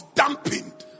dampened